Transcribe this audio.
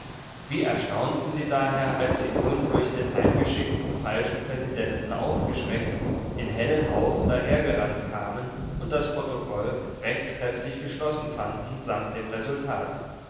wie erstaunten sie daher als sie nun durch den heimgeschickten falschen präsidenten aufgeschreckt in hellen haufen dahergerannt kamen und das protokoll rechtskräftig geschlossen fanden samt dem resultat